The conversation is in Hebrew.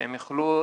שהם יוכלו